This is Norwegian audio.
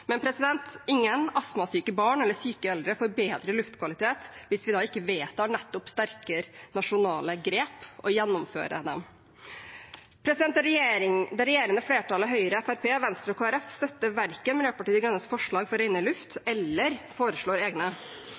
Men ingen astmasyke barn eller syke eldre får bedre luftkvalitet hvis vi ikke vedtar nettopp sterkere nasjonale grep – og gjennomfører dem. Det regjerende flertallet, Høyre, Fremskrittspartiet, Venstre og Kristelig Folkeparti, verken støtter Miljøpartiet De Grønnes forslag for renere luft eller foreslår egne.